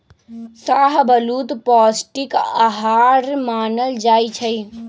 शाहबलूत पौस्टिक अहार मानल जाइ छइ